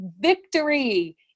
victory